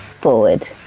forward